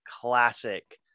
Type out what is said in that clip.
classic